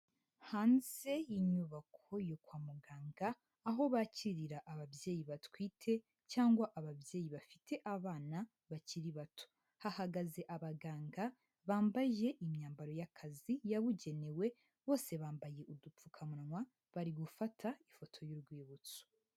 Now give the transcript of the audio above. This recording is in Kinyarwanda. Hanze y'inyubako yo kwa muganga aho bakirira ababyeyi batwite cyangwa ababyeyi bafite abana bakiri bato, hahagaze abaganga bambaye imyambaro y'akazi yabugenewe bose bambaye udupfukamunwa bari gufata ifoto y'urwibutso.